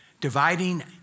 dividing